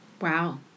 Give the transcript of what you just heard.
Wow